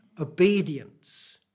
Obedience